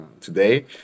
today